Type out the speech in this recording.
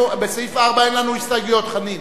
בסעיף 4 אין לנו הסתייגויות, חנין?